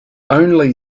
only